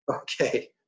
okay